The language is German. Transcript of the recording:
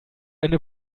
eine